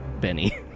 Benny